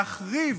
להחריב